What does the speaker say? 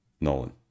Nolan